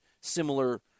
similar